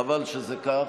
חבל שזה כך,